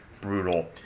brutal